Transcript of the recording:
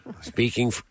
Speaking